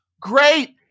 Great